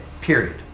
Period